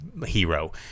hero